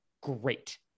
great